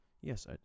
Yes